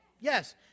yes